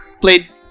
played